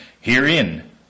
Herein